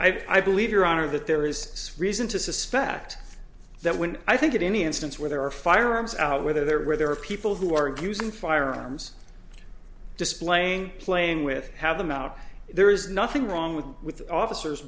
well i believe your honor that there is reason to suspect that when i think of any instance where there are firearms out whether there are there are people who are using firearms displaying playing with have them out there is nothing wrong with with officers